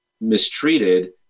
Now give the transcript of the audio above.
mistreated